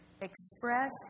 expressed